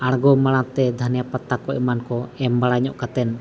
ᱟᱬᱜᱚ ᱢᱟᱲᱟᱝᱛᱮ ᱫᱷᱚᱱᱮ ᱯᱟᱛᱟᱠᱚ ᱮᱢᱟᱱᱠᱚ ᱮᱢᱵᱟᱲᱟ ᱧᱚᱜ ᱠᱟᱛᱮᱫ